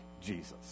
Jesus